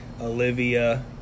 Olivia